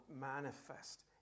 manifest